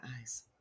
eyes